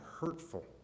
hurtful